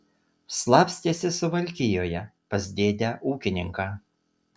slapstėsi suvalkijoje pas dėdę ūkininką